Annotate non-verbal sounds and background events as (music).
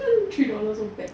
(laughs) three dollars so bad